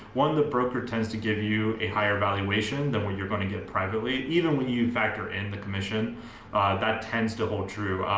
one, the broker tends to give you a higher valuation then what you're gonna get privately even when you factor in the commission that tends to hold true.